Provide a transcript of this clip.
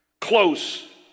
close